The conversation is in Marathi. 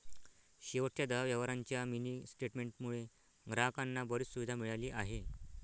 शेवटच्या दहा व्यवहारांच्या मिनी स्टेटमेंट मुळे ग्राहकांना बरीच सुविधा मिळाली आहे